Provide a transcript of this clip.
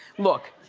look,